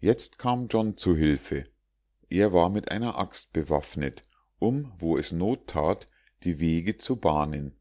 jetzt kam john zu hilfe er war mit einer axt bewaffnet um wo es not tat die wege zu bahnen